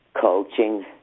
coaching